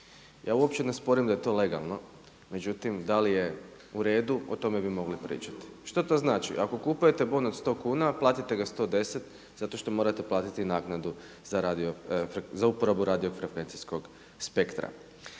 Ja uopće ne sporim da je to legalno, međutim da li je u redu o tome bi mogli pričati. Što to znači? Ako kupujete bon od 100 kuna platite ga 110 zato što morate platiti naknadu za radio, za uporabu radio frekvencijskog spektra.